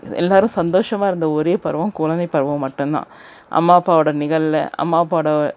எல்லோரும் சந்தோஷமாக இருந்த ஒரே பருவம் குழந்தை பருவம் மட்டும் தான் அம்மா அப்பாவோடய நிகழில் அம்மா அப்பாவோடய